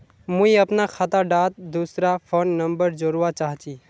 मुई अपना खाता डात दूसरा फोन नंबर जोड़वा चाहची?